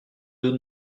deux